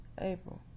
April